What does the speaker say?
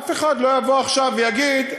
ואף אחד לא יבוא עכשיו ויגיד: